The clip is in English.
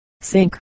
sink